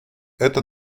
это